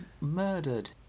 murdered